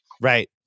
Right